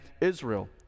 Israel